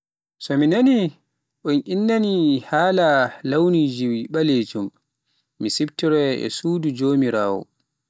So mi nani un inni haala launiji ɓalejum mi siptoraya e sudu jomiraawo.